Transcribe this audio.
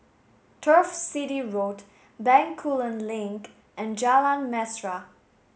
Turf City Road Bencoolen Link and Jalan Mesra